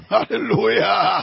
Hallelujah